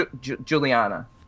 juliana